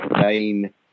main